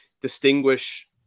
distinguish